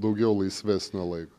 daugiau laisvesnio laiko